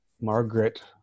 Margaret